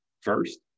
first